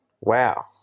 Wow